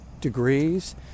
degrees